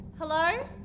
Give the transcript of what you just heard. Hello